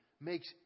makes